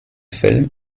film